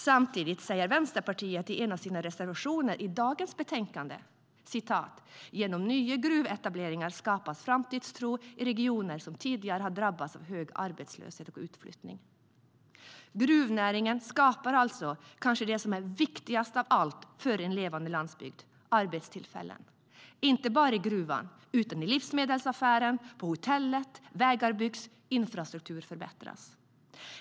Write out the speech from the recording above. Samtidigt säger Vänsterpartiet i en av sina reservationer i dagens betänkande att "genom nya gruvetableringar skapas framtidstro i regioner som tidigare har drabbats av hög arbetslöshet och utflyttning". Gruvnäringen skapar alltså det som kanske är viktigast av allt för en levande landsbygd, arbetstillfällen. Det gäller inte bara arbetstillfällen i gruvan utan också i livsmedelsaffären och på hotellet. Det byggs vägar och infrastrukturen förbättras.